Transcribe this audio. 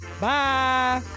Bye